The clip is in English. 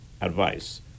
advice